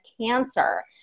cancer